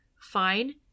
fine